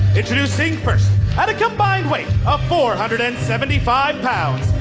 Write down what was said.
introducing first at a combined weight of four hundred and seventy five pounds,